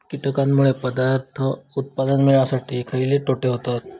कीटकांनमुळे पदार्थ उत्पादन मिळासाठी खयचे तोटे होतत?